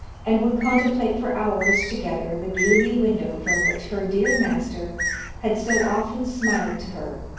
and would contemplate for hours together the gloomy window from which her dear master had so often smiled to her,